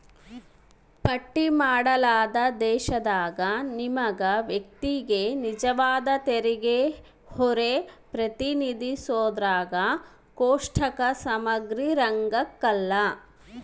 ಪಟ್ಟಿ ಮಾಡಲಾದ ದೇಶದಾಗ ನಿಗಮ ವ್ಯಕ್ತಿಗೆ ನಿಜವಾದ ತೆರಿಗೆಹೊರೆ ಪ್ರತಿನಿಧಿಸೋದ್ರಾಗ ಕೋಷ್ಟಕ ಸಮಗ್ರಿರಂಕಲ್ಲ